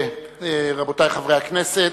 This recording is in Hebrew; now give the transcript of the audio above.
ורבותי חברי הכנסת,